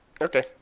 Okay